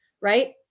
right